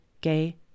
gay